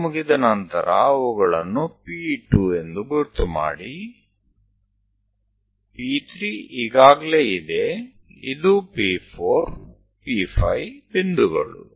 ಅದು ಮುಗಿದ ನಂತರ ಅವುಗಳನ್ನು P2 ಎಂದು ಗುರುತು ಮಾಡಿ P 3 ಈಗಾಗಲೇ ಇದೆ ಇದು P4 P5 ಬಿಂದುಗಳು